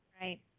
Right